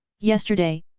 yesterday,